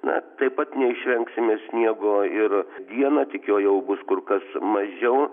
na taip pat neišvengsime sniego ir dieną tik jo jau bus kur kas mažiau